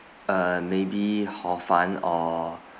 uh maybe hor fun or